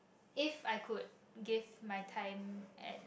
if I could give my time and